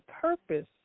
purpose